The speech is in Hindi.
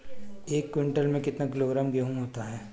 एक क्विंटल में कितना किलोग्राम गेहूँ होता है?